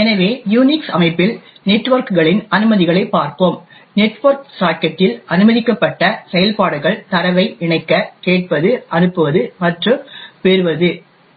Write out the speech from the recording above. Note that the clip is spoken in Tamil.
எனவே யுனிக்ஸ் அமைப்பில் நெட்வொர்க்குகளின் அனுமதிகளைப் பார்ப்போம் நெட்வொர்க் சாக்கெட்டில் அனுமதிக்கப்பட்ட செயல்பாடுகள் தரவை இணைக்க கேட்பது அனுப்புவது மற்றும் பெறுவது